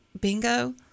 Bingo